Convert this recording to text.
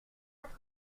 notre